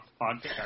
podcast